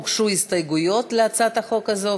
הוגשו הסתייגויות להצעת החוק הזאת,